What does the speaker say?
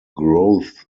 growth